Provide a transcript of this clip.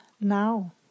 now